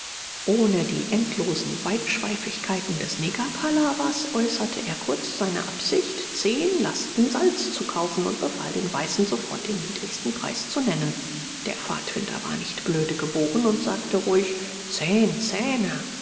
ohne die endlosen weitschweifigkeiten des negerpalawers äußerte er kurz seine absicht zehn lasten salz zu kaufen und befahl den weißen sofort den niedrigsten preis zu nennen der pfadfinder war nicht blöde geboren und sagte ruhig zehn zähne